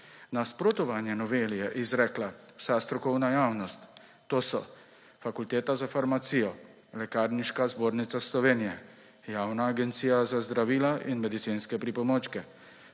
Nasprotovanje noveli je izrekla vsa strokovna javnost, to so, Fakulteta za farmacijo, Lekarniška zbornica Slovenije, Javna agencija za zdravila in medicinske pripomočke,